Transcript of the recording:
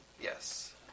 Yes